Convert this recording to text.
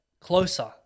closer